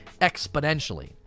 exponentially